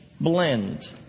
blend